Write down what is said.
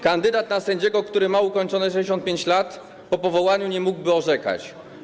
Kandydat na sędziego, który ma ukończone 65 lat, po powołaniu nie mógłby orzekać.